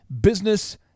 business